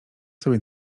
sobie